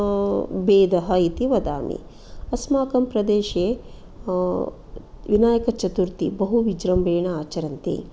भेदः इति वदामि अस्माकं प्रदेशे विनायकचतुर्थी बहु विजृम्भेन आचरन्ति